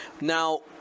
Now